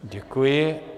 Děkuji.